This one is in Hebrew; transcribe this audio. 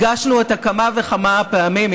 הגשנו אותה כמה וכמה פעמים,